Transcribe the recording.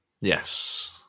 Yes